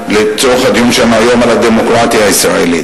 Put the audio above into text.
לצורך הדיון שלנו היום על הדמוקרטיה הישראלית,